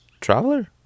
traveler